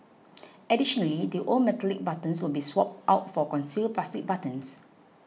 additionally the old metallic buttons will be swapped out for concealed plastic buttons